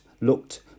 Looked